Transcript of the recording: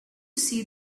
see